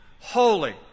holy